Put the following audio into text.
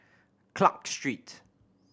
Clarke Street